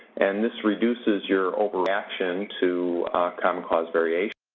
and this reduces your overreaction to common cause variation.